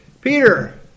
Peter